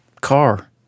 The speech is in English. car